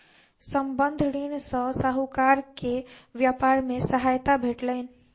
संबंद्ध ऋण सॅ साहूकार के व्यापार मे सहायता भेटलैन